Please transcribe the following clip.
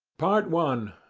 part one.